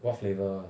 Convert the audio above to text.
what flavour one